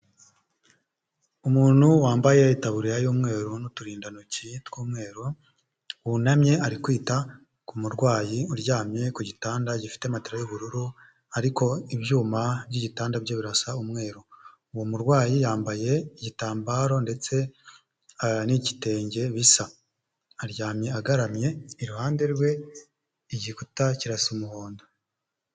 Umuntu wambaye itaburiya y'umweru n'uturindantoki tw'umweru wunamye ari kwita k'umurwayi uryamye ku gitanda gifite matara y'ubururu ariko ibyuma by'igitanda birasa umweru ,umurwayi yambaye igitambaro ndetse n'igitenge bisa aryamye agaramye iruhande rwe igikuta kirasa umuhondo.